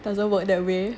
doesn't work that way